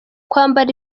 kwambara